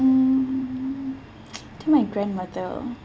mm think my grandmother